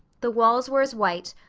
the walls were as white,